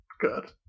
Good